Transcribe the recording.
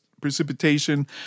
precipitation